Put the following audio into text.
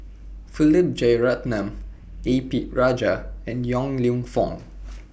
Philip Jeyaretnam A P Rajah and Yong Lew Foong